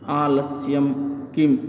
आलस्यं किम्